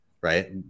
right